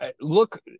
Look